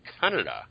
Canada